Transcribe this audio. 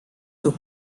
sus